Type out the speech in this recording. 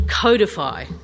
codify